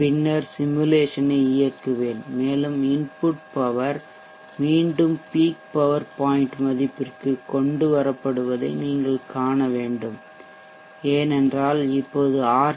பின்னர் சிமுலேசனை இயக்குவேன் மேலும் இன்புட் பவர் மீண்டும் பீக் பவர் பாய்ன்ட் மதிப்பிற்கு கொண்டு வரப்படுவதை நீங்கள் காண வேண்டும் ஏனென்றால் இப்போது ஆர்